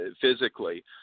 physically